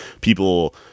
people –